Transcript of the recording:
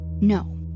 No